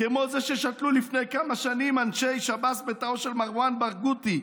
כמו זו ששתלו לפני כמה שנים אנשי שב"ס בתאו של מרואן ברגותי,